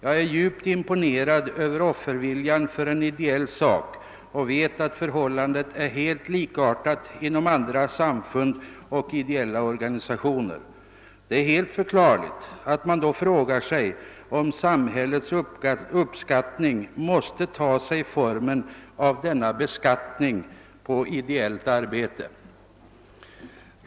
Jag är djupt imponerad av offerviljan för en ideell sak och jag vet att förhållandena är helt likartade inom andra samfund och ideella organisationer. Det är förklarligt att man under sådana förhållanden frågar sig om samhällets uppskattning måste ta sig formen av denna beskattning på ideellt arbete.